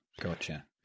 Gotcha